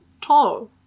Tall